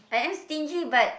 I am stingy but